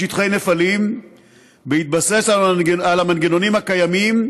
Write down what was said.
שטחי נפלים בהתבסס על המנגנונים הקיימים,